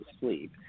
sleep